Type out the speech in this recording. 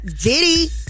Diddy